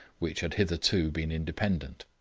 which had hitherto been independent.